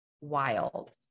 wild